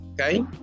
okay